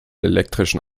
elektrischen